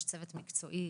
יש צוות מקצועי